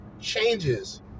changes